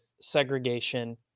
segregation